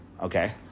Okay